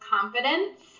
confidence